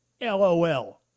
LOL